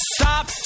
Stop